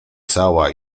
cała